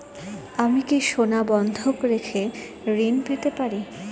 আমি কি সোনা বন্ধক রেখে ঋণ পেতে পারি?